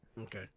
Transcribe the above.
Okay